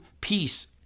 peace